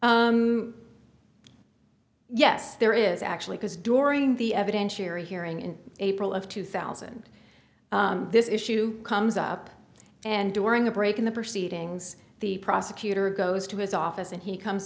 s yes there is actually because during the evidentiary hearing in april of two thousand this issue comes up and during a break in the proceedings the prosecutor goes to his office and he comes